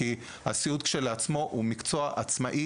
כי הסיעוד לכשעצמו הוא מקצוע עצמאי,